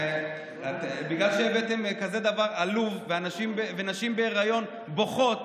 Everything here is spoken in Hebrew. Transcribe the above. בגלל שהבאתם כזה דבר עלוב נשים בהיריון בוכות,